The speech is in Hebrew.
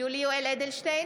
יולי יואל אדלשטיין,